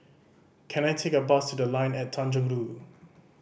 can I take a bus to The Line at Tanjong Rhu